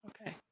Okay